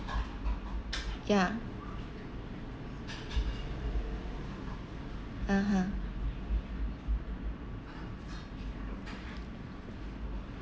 ya (uh huh)